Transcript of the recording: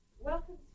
Welcome